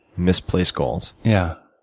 misplaced goals? yeah.